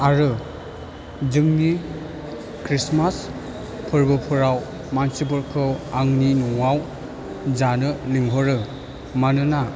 आरो जोंनि क्रिस्टमास फोरबो फोराव मानसिफोरखौ आंनि न'आव जानो लिंहरो मानोना